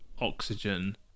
oxygen